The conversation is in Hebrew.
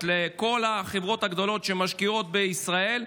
לכל החברות הגדולות שמשקיעות בישראל,